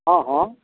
हँ हँ